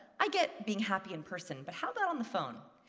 i get being happy in person, but how about on the phone?